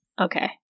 Okay